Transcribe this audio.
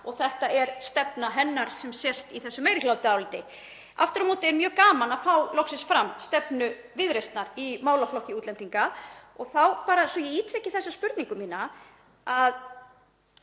þetta er stefna hennar sem sést í þessu meirihlutaáliti. Aftur á móti er mjög gaman að fá loksins fram stefnu Viðreisnar í málaflokki útlendinga. Og bara svo að ég ítreki þessa spurningu mína: